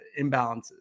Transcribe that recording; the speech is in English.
imbalances